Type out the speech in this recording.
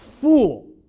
fool